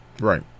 right